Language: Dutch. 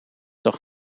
toch